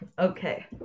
Okay